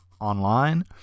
online